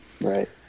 right